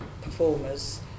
performers